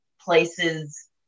places